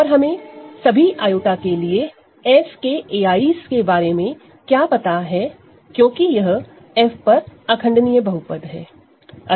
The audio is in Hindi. और हमें सभी i के लिए F के a is के बारे में क्या पता है क्योंकि यह F पर इररेडूसिबल पॉलीनॉमिनल है